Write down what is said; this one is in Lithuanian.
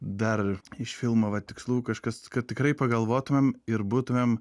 dar iš filmo va tikslų kažkas kad tikrai pagalvotumėm ir būtumėm